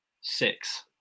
six